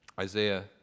Isaiah